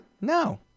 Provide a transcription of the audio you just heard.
No